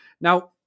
Now